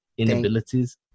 Inabilities